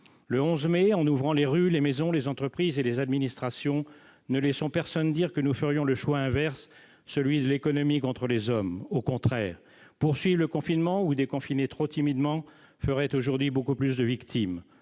Le 11 mai, en ouvrant les rues, les maisons, les entreprises et les administrations, ne laissons personne dire que nous ferions le choix inverse, celui de l'économie contre les hommes. Au contraire, poursuivre le confinement ou déconfiner trop timidement ferait aujourd'hui beaucoup plus de victimes.